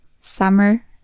summer